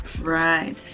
right